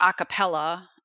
acapella